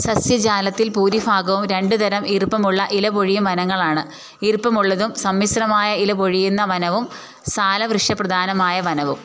സസ്യജാലത്തില് ഭൂരിഭാഗവും രണ്ടുതരം ഈർപ്പമുള്ള ഇലപൊഴിയും വനങ്ങളാണ് ഈർപ്പമുള്ളതും സമ്മിശ്രമായ ഇലപൊഴിയുന്ന വനവും സാലവൃക്ഷപ്രധാനമായ വനവും